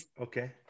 okay